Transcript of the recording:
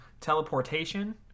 teleportation